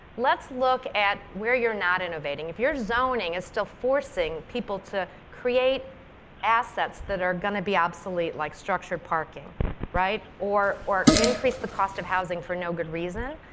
let's look at where you're not innovating. if your zoning is still forcing people to create assets that are going to be obsolete like structured parking or or increase the cost of housing for no good reason,